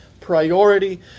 priority